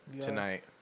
tonight